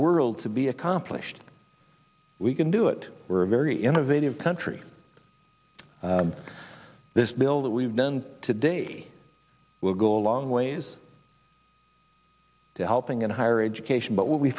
world to be accomplished we can do it we're very innovative country this bill that we've done today will go a long ways to helping in higher education but w